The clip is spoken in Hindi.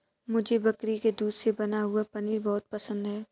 मुझे बकरी के दूध से बना हुआ पनीर बहुत पसंद है